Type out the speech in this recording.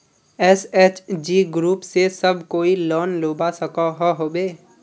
SHG group से सब कोई लोन लुबा सकोहो होबे?